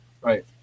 Right